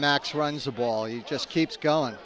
max runs a ball he just keeps going